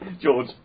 George